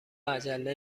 عجله